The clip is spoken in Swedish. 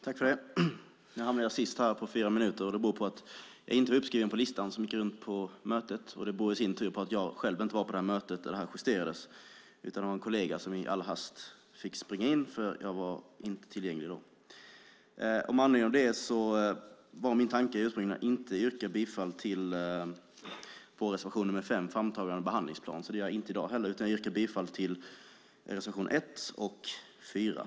Fru talman! Nu hamnade jag sist här med en talartid på fyra minuter. Det beror på att jag inte blev uppskriven på listan som gick runt på mötet, och det beror i sin tur på att jag själv inte var på det möte då det här justerades, utan det var en kollega som i all hast fick rycka in eftersom jag inte var tillgänglig. Min tanke var ursprungligen att inte yrka bifall till reservation nr 5 om framtagande av en behandlingsplan. Det gör jag inte i dag heller, utan jag yrkar bifall till reservationerna 1 och 4.